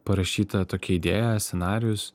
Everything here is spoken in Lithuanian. parašyta tokia idėja scenarijus